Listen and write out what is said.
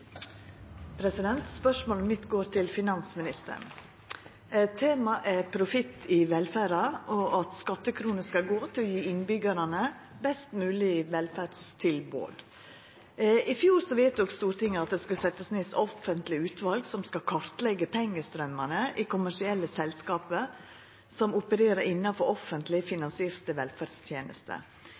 Spørsmålet mitt går til finansministeren. Temaet er profitt i velferda, og at skattekroner skal gå til å gje innbyggjarane best mogleg velferdstilbod. I fjor vedtok Stortinget at det skal setjast ned eit offentleg utval som skal kartleggja pengestraumane i kommersielle selskap som opererer innanfor offentleg finansierte velferdstenester,